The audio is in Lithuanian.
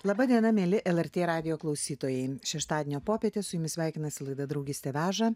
laba diena mieli lrt radijo klausytojai šeštadienio popietę su jumis sveikinasi laida draugystė veža